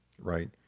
Right